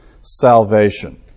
salvation